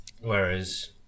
Whereas